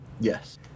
Yes